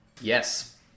Yes